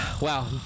Wow